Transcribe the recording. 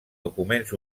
documents